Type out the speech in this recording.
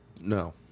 no